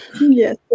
Yes